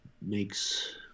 makes